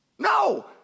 No